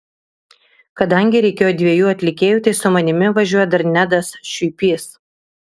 kadangi reikėjo dviejų atlikėjų tai su manimi važiuoja dar nedas šiuipys